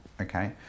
Okay